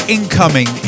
Incoming